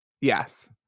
Yes